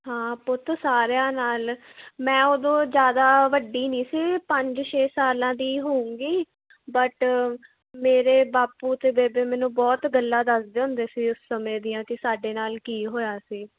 ਹਾਂ ਪੁੱਤ ਸਾਰਿਆਂ ਨਾਲ ਮੈਂ ਉਦੋਂ ਜ਼ਿਆਦਾ ਵੱਡੀ ਨਹੀਂ ਸੀ ਪੰਜ ਛੇ ਸਾਲਾਂ ਦੀ ਹੋਵੇਗੀ ਬਟ ਮੇਰੇ ਬਾਪੂ ਅਤੇ ਬੇਬੇ ਮੈਨੂੰ ਬਹੁਤ ਗੱਲਾਂ ਦੱਸਦੇ ਹੁੰਦੇ ਸੀ ਉਸ ਸਮੇਂ ਦੀਆਂ ਕਿ ਸਾਡੇ ਨਾਲ ਕੀ ਹੋਇਆ ਸੀ